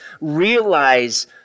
realize